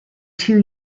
two